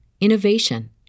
innovation